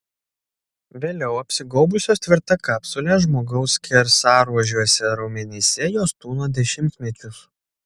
vėliau apsigaubusios tvirta kapsule žmogaus skersaruožiuose raumenyse jos tūno dešimtmečius